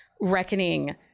reckoning